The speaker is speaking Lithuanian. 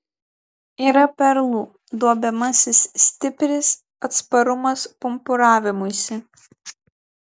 yra perlų duobiamasis stipris atsparumas pumpuravimuisi